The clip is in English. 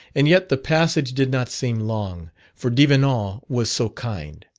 and yet the passage did not seem long, for devenant was so kind.